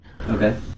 Okay